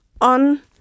on